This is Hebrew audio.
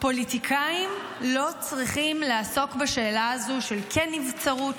פוליטיקאים לא צריכים לעסוק בשאלה הזו של כן נבצרות,